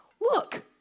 Look